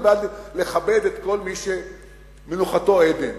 אני בעד לכבד את כל מי שמנוחתו עדן,